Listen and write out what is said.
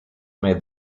may